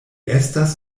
estas